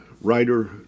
writer